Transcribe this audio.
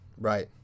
Right